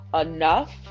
enough